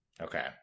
okay